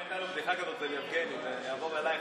פעם הייתה בדיחה כזו ליבגני, וזה יעבור אלייך.